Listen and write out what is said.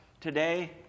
today